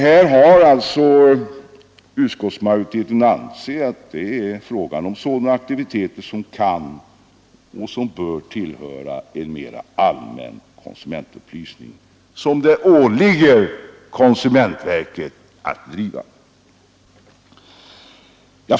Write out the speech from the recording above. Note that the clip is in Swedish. Utskottsmajoriteten har ansett att det här är fråga om sådana aktiviteter som kan och bör tillhöra en mera allmän konsumentupplysning och som det åligger konsumentverket att driva.